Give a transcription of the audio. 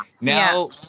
Now